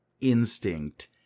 instinct